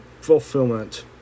fulfillment